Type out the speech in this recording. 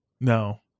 no